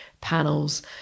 panels